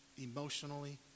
emotionally